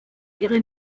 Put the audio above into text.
ihre